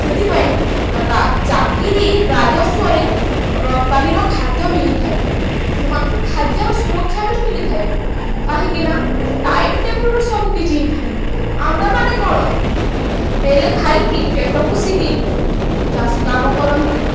ସେଥିପାଇଁ ଚାକିରି ରାଜସ୍ୱରେ ରପ୍ତାନିର ଖାଦ୍ୟ ବି ହେଇଥାଏ ସେମାନଙ୍କୁ ଖାଦ୍ୟର ସୁରକ୍ଷା ବି ମିଳିଥାଏ କାହିଁକିନା ଟାଇମ୍ ଟେବୁଲ୍ରେ ସବୁକିଛି ହେଇଥାଏ ଆମ୍ଭେମାନେ କ'ଣ ବେଲେ ଖାଇକି ପେଟ ପୋଷିକି ଚାଷୀ କାମ କରନ୍ତି